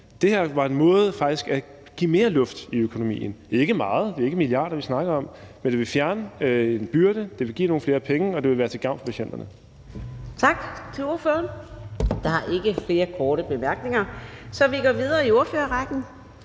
Det her var en måde faktisk at give mere luft i økonomien, ikke meget – det er ikke milliarder, vi snakker om – men det vil fjerne en byrde, det vil give nogle flere penge, og det vil være til gavn for patienterne. Kl. 14:33 Fjerde næstformand (Karina Adsbøl): Tak til ordføreren. Der er ikke flere korte bemærkninger, så vi går videre i ordførerrækken.